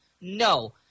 No